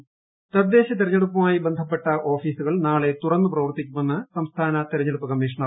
election duty തദ്ദേശ തിരഞ്ഞെടുപ്പുമായി ബന്ധപ്പെട്ട ഓഫീസുകൾ നാളെ തുറന്ന് പ്രവർത്തിക്കുമെന്ന് സംസ്ഥാന തിരഞ്ഞെടുപ്പ് കമ്മീഷണർ